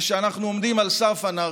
ושאנחנו עומדים על סף אנרכיה.